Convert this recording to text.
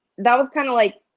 that was kind of like,